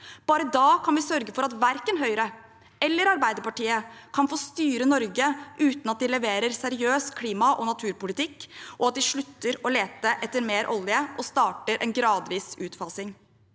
Bare da kan vi sørge for at verken Høyre eller Arbeider partiet kan få styre Norge uten at de leverer seriøs klimaog naturpolitikk, og at de slutter å lete etter mer olje og starter en gradvis utfasing.